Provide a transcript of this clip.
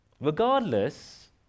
Regardless